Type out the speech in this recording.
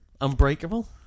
Unbreakable